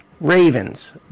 Ravens